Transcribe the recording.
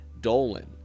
Dolan